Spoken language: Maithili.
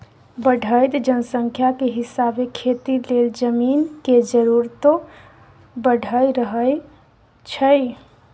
बढ़इत जनसंख्या के हिसाबे खेती लेल जमीन के जरूरतो बइढ़ रहल छइ